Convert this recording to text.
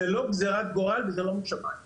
זו לא גזירת גורל וזה לא משמיים.